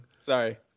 Sorry